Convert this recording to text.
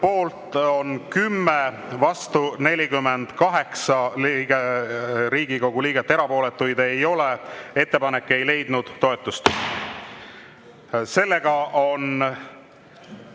poolt on 10, vastu 48 Riigikogu liiget, erapooletuid ei ole. Ettepanek ei leidnud toetust. Sellega on